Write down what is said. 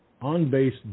on-base